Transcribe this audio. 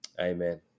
Amen